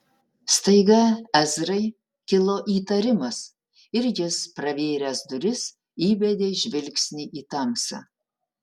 staiga ezrai kilo įtarimas ir jis pravėręs duris įbedė žvilgsnį į tamsą